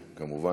כמובן,